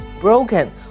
broken